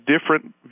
different